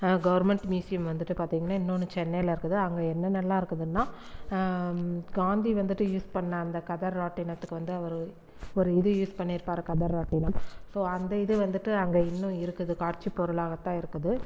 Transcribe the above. government museum வந்துட்டு பார்த்தீங்கன்னா இன்னோன்னு சென்னையில் இருக்குது அங்கே என்னென்னலாம் இருக்குதுன்னால் காந்தி வந்துட்டு யூஸ் பண்ண அந்த கதர் ராட்டினத்துக்கு வந்து அவர் ஒரு இது யூஸ் பண்ணிருப்பார் கதர் ராட்டினம் ஸோ அந்த இது வந்துட்டு அங்கே இன்னும் இருக்குது காட்சி பொருளாகத்தான் இருக்குது